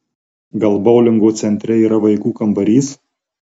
gal boulingo centre yra vaikų kambarys